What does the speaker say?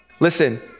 Listen